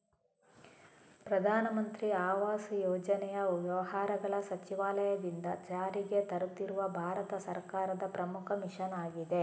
ಪ್ರಧಾನ ಮಂತ್ರಿ ಆವಾಸ್ ಯೋಜನೆ ವ್ಯವಹಾರಗಳ ಸಚಿವಾಲಯದಿಂದ ಜಾರಿಗೆ ತರುತ್ತಿರುವ ಭಾರತ ಸರ್ಕಾರದ ಪ್ರಮುಖ ಮಿಷನ್ ಆಗಿದೆ